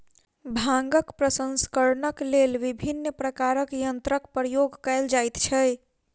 भांगक प्रसंस्करणक लेल विभिन्न प्रकारक यंत्रक प्रयोग कयल जाइत छै